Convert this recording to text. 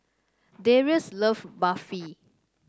Darrius love Barfi